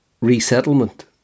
resettlement